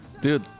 dude